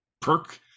perk